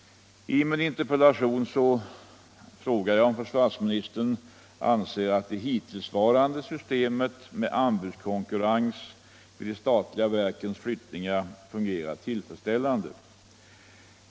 I min interpellation frågade jag om försvarsministern anser att det hittillsvarande systemet med anbudskonkurrens vid de statliga verkens flyttningar fungerat tillfredsställande.